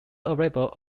available